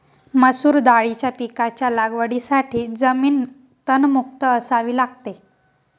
मसूर दाळीच्या पिकाच्या लागवडीसाठी जमीन तणमुक्त असावी लागते